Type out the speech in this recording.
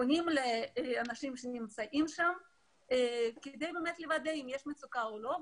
פונים לאנשים שנמצאים שם כדי לוודא אם יש מצוקה או לא.